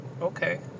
Okay